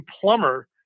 plumber